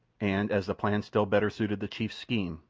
and as the plan still better suited the chief's scheme,